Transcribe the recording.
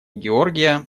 георгия